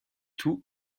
tout